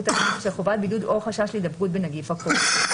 האסיר בשל חובת בידוד או חשש להידבקות בנגיף הקורונה.